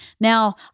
now